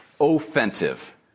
offensive